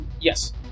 Yes